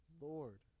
Lord